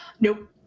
Nope